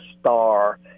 star